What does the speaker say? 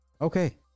Okay